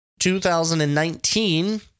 2019